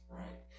right